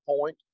point